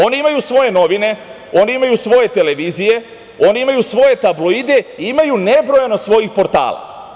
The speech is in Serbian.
Oni imaju svoje novine, oni imaju svoje televizije, oni imaju svoje tabloide i imaju nebrojeno svojih portala.